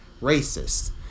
racist